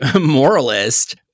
moralist